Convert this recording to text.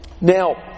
Now